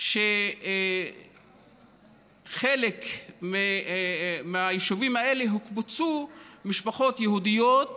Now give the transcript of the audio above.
היא שבחלק מהיישובים האלה הוקפצו משפחות יהודיות